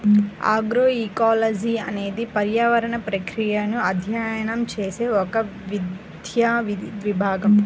agroecology అనేది పర్యావరణ ప్రక్రియలను అధ్యయనం చేసే ఒక విద్యా విభాగం